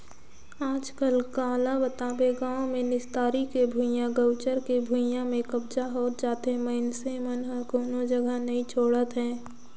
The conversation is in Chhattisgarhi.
आजकल काला बताबे गाँव मे निस्तारी के भुइयां, गउचर के भुइयां में कब्जा होत जाथे मइनसे मन ह कोनो जघा न नइ छोड़त हे